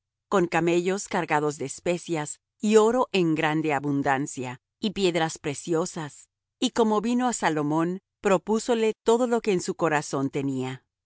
con camellos cargados de especias y oro en grande abundancia y piedras preciosas y como vino á salomón propúsole todo lo que en su corazón tenía